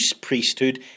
priesthood